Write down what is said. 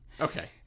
Okay